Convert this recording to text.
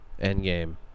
Endgame